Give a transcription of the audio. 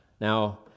Now